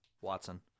Watson